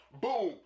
Boom